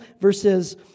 verses